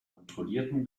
kontrollierten